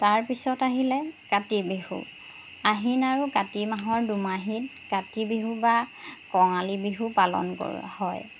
তাৰপিছত আহিলে কাতি বিহু আহিন আৰু কাতি মাহৰ দুমাহিত কাতি বিহু বা কঙালী বিহু পালন কৰা হয়